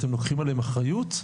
אתם לוקחים עליהם אחריות?